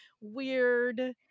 weird